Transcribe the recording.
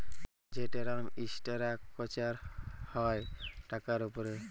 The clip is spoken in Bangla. যে টেরাম ইসটেরাকচার হ্যয় টাকার উপরে